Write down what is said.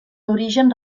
origen